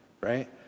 right